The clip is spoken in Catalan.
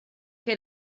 que